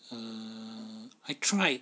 err I tried